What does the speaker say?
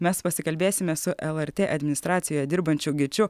mes pasikalbėsime su lrt administracijoje dirbančiu gyčiu